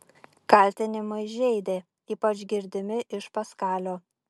kaltinimai žeidė ypač girdimi iš paskalio